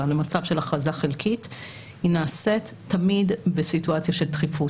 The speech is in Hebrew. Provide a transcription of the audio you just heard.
למצב של הכרזה חלקית היא נעשית תמיד בסיטואציה של דחיפות.